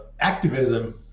activism